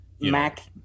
Mac